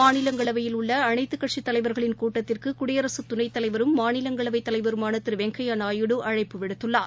மாநிலங்களவையில் உள்ளஅனைத்துக் கட்சித் தலைவர்களின் கூட்டத்திற்குகுடியரசுதுணைத்தலைவரும் மாநிலங்களவைதலைவருமானதிருவெங்கையாநாயுடு அழைப்பு விடுத்துள்ளார்